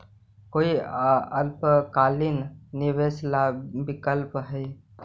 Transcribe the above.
कोई अल्पकालिक निवेश ला विकल्प हई?